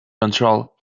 control